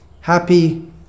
happy